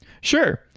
Sure